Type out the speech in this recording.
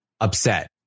upset